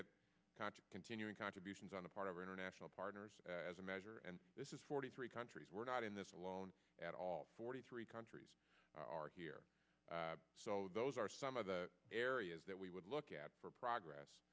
contra continuing contributions on the part of national partners as a measure and this is forty three countries we're not in this alone at all forty three countries are here so those are some of the areas that we would look at for progress